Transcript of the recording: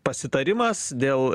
pasitarimas dėl